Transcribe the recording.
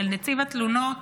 נציב התלונות.